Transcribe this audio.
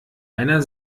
einer